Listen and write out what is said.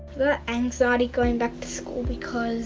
anxiety going back to school because.